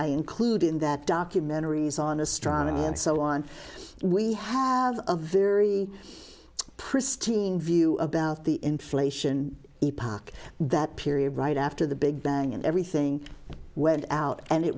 i include in that documentaries on astronomy and so on we have a very pristine view about the inflation that period right after the big bang and everything went out and it